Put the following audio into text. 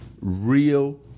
real